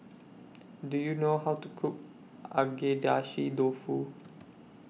Do YOU know How to Cook Agedashi Dofu